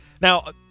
now